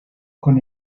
con